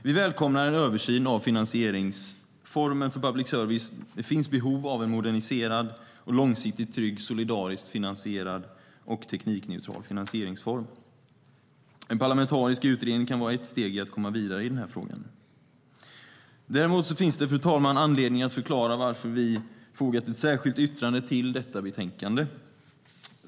Vi välkomnar en översyn av finansieringsformen för public service. Det finns behov av en moderniserad och långsiktigt trygg, solidariskt finansierad och teknikneutral finansieringsform. En parlamentarisk utredning kan vara ett steg för att komma vidare i frågan. Däremot finns det anledning att förklara varför vi fogat ett särskilt yttrande till detta betänkande.